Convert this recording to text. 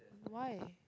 why